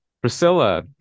priscilla